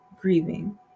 grieving